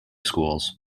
schools